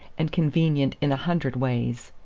and convenient in a hundred ways.